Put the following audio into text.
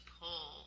pull